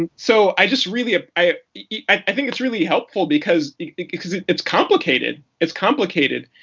and so i just really i yeah i think it's really helpful, because because it's complicated. it's complicated.